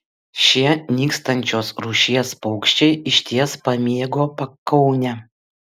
šie nykstančios rūšies paukščiai išties pamėgo pakaunę